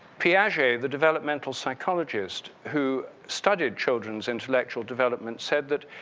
piaget, the developmental psychologist, who studied children's intellectual development said that,